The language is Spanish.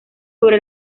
sobre